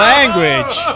Language